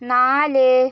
നാല്